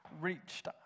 reached